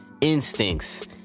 instincts